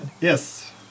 Yes